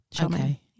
Okay